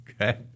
Okay